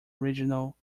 regional